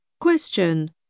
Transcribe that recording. Question